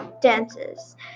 dances